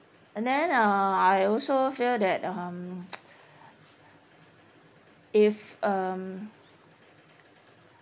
and then uh I also feel that um if um